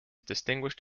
distinguished